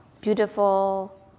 beautiful